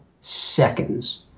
seconds